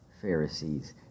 Pharisees